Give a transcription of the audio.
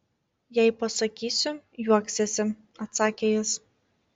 jei pasakysiu juoksiesi atsakė jis